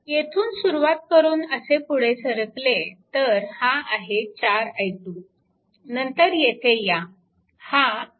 येथून सुरुवात करून असे पुढे सरकले तर हा आहे 4 i2 नंतर येथे या हा 10 v1